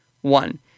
One